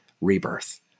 rebirth